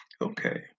Okay